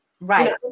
right